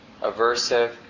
aversive